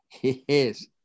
Yes